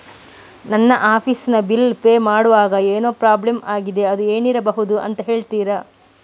ನನ್ನ ಆಫೀಸ್ ನ bill pay ಮಾಡ್ವಾಗ ಏನೋ ಪ್ರಾಬ್ಲಮ್ ಆಗಿದೆ ಅದು ಏನಿರಬಹುದು ಅಂತ ಹೇಳ್ತೀರಾ?